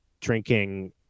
drinking